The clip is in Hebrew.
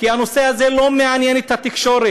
כי הנושא הזה לא מעניין את התקשורת.